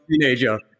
teenager